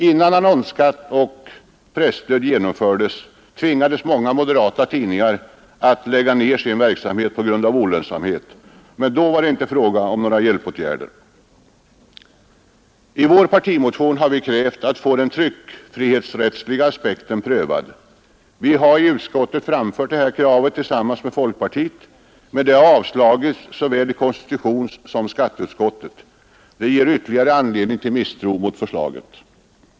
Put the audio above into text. Innan annonsskatten och presstödet genomfördes tvingades många moderata tidningar att lägga ned sin verksamhet gå grund av olönsamhet. Men då var det inte fråga om några hjälpåtgärder. I vår partimotion har vi krävt att få den tryckfrihetsrättsliga aspekten prövad. Vi har i utskotten framfört detta krav tillsammans med folkpartiet, men det har avstyrkts av såväl konstitutionsutskottet som skatteutskottet. Det ger ytterligare anledning till misstro mot förslaget.